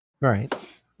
Right